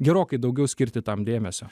gerokai daugiau skirti tam dėmesio